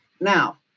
Now